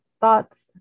thoughts